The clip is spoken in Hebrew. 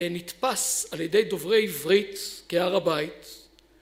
נתפס על ידי דוברי עברית כהר הבית